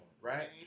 Right